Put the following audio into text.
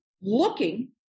looking